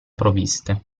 provviste